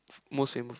most famous